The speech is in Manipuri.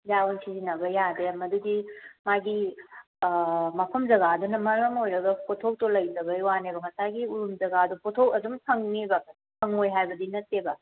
ꯍꯤꯗꯥꯛ ꯁꯤꯖꯤꯟꯅꯕ ꯌꯥꯗꯪ ꯃꯗꯨꯗꯤ ꯃꯥꯒꯤ ꯃꯐꯝ ꯖꯒꯥꯗꯨꯅ ꯃꯔꯝ ꯑꯣꯏꯔꯒ ꯄꯣꯠꯊꯣꯛꯇꯣ ꯂꯩꯇꯕꯩ ꯋꯥꯅꯦꯕ ꯉꯁꯥꯏꯒꯤ ꯎꯔꯨꯝ ꯖꯒꯥꯗꯣ ꯄꯣꯠꯊꯣꯛ ꯑꯗꯨꯝ ꯐꯪꯅꯦꯕ ꯐꯪꯉꯣꯏ ꯍꯥꯏꯕꯗꯤ ꯅꯠꯇꯦꯕ